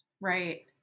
Right